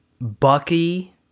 Bucky